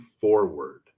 forward